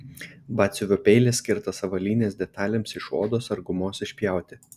batsiuvio peilis skirtas avalynės detalėms iš odos ar gumos išpjauti